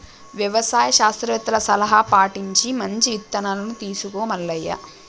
యవసాయ శాస్త్రవేత్తల సలహా పటించి మంచి ఇత్తనాలను తీసుకో మల్లయ్య